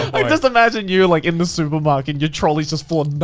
i just imagine you like in the supermarket and your trolley's just full of